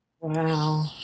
Wow